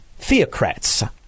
theocrats